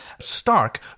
Stark